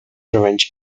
revenge